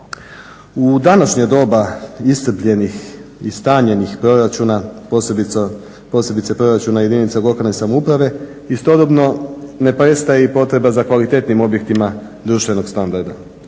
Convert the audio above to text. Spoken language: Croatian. U današnje doba iscrpljenih i stanjenih proračuna posebice proračuna jedinica lokalne samouprave istodobno ne prestaje potreba za kvalitetnim objektima društvenog standarda.